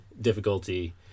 difficulty